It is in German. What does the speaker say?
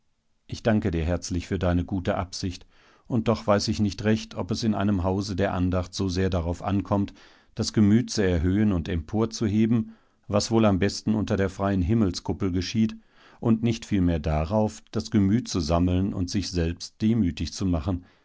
ich danke dir herzlich für deine gute absicht und doch weiß ich nicht recht ob es in einem hause der andacht so sehr darauf ankommt das gemüt zu erhöhen und emporzuheben was wohl am besten unter der freien himmelskuppel geschieht und nicht vielmehr darauf das gemüt zu sammeln und sich selbst demütig zu machen